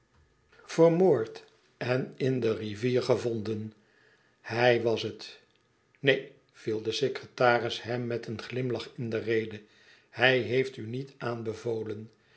vermoord en in de rivier gevonden ihij washet ineen viel de secretaris hem met een glimlach in de rede hij heeft u niet aanbevolen